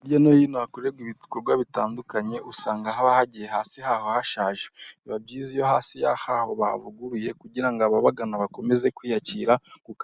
Hirya no hino hakorerwa ibikorwa bitandukanye usanga haba hagiye hasi haba hashaje, biba byiza iyo hasi ahaho bavuguruye kugira ababagana bakomeze kwiyakira kuko